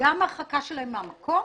- הרחקה שלהם מהמקום